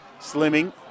Slimming